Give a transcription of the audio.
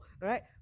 right